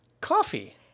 coffee